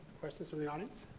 questions from the audience?